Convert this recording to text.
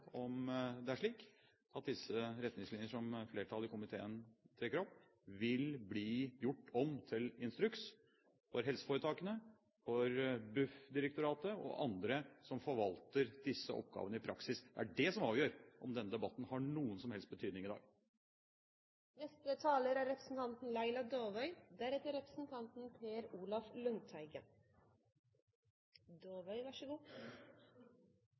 om at statsråden konkret besvarer om det er slik at disse retningslinjer som flertallet i komiteen trekker opp, vil bli gjort om til instruks for helseforetakene, for Buf-direktoratet og andre som forvalter disse oppgavene i praksis. Det er det som avgjør om denne debatten har noen som helst betydning i dag.